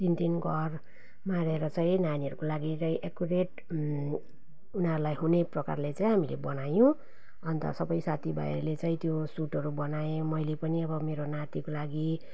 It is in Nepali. तिन तिन घर मारेर चाहिँ नानीहरूको लागि चाहिँ एकुरेट उनीहरूलाई हुने प्रकारले चाहिँ हामीले बनायौँ अन्त सबै साथीभाइहरूले चाहिँ त्यो सुटहरू बनाए मैले पनि अब मेरो नातिको लागि